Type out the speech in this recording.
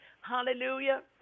Hallelujah